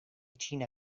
china